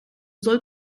soll